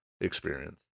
experience